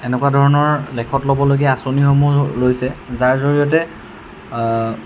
এনেকুৱা ধৰণৰ লেখত ল'বলগীয়া আঁচনিসমূহ লৈছে যাৰ জৰিয়তে